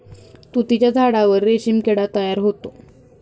तुतीच्या झाडावर रेशीम किडा तयार होतो